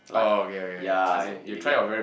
like yeah you you get what I mean